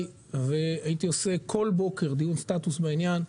והייתי עושה כל בוקר דיון סטטוס בעניין.